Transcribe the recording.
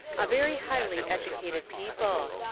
a very highly educated people.